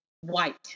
white